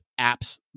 apps